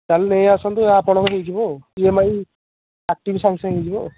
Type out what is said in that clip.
ତା'ହେଲେ ନେଇ ଆସନ୍ତୁ ଆପଣଙ୍କର ହେଇଯିବ ଆଉ ଇ ଏମ୍ ଆଇ ଆକ୍ଟିଭ୍ ସାଙ୍ଗେସାଙ୍ଗେ ହେଇଯିବ ଆଉ